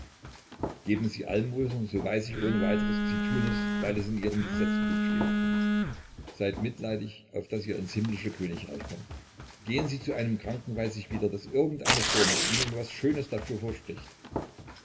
geben sie almosen so weiß ich ohne weiteres sie tun es weil es in ihrem gesetzbuch steht seid mitleidig auf daß ihr ins himmlische königreich kommt gehen sie zu einem kranken weiß ich wieder daß irgend eine formel ihnen was schönes dafür verspricht